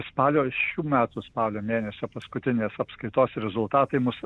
spalio šių metų spalio mėnesio paskutinės apskaitos rezultatai mus